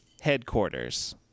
headquarters